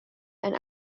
and